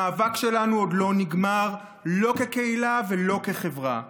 המאבק שלנו עוד לא נגמר, לא כקהילה ולא כחברה.